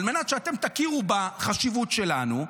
על מנת שאתם תכירו בחשיבות שלנו,